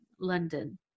London